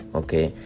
okay